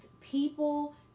people